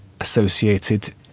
associated